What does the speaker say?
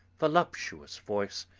voluptuous voice,